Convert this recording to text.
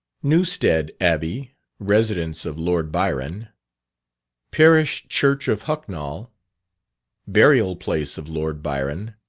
newstead abbey residence of lord byron parish church of hucknall burial place of lord byron